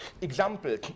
example